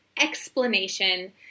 explanation